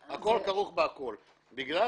הכול זה --- הכול כרוך בכול בגלל